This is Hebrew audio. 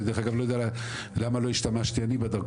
אני דרך אגב לא יודע למה לא השתמשתי אני בדרכון